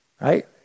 Right